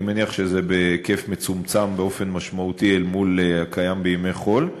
אני מניח שזה בהיקף מצומצם באופן משמעותי אל מול הקיים בימי חול,